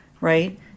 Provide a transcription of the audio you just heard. right